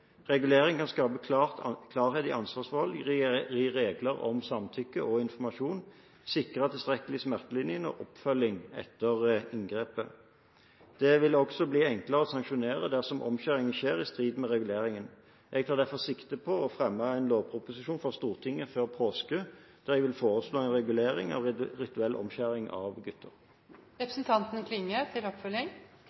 Regulering kan skape klarhet i ansvarsforhold, gi regler om samtykke og informasjon og sikre tilstrekkelig smertelindring og oppfølging etter inngrepet. Det vil også bli enklere å sanksjonere dersom omskjæringen skjer i strid med reguleringen. Jeg tar derfor sikte på å fremme en lovproposisjon for Stortinget før påske, der jeg vil foreslå en regulering av rituell omskjæring av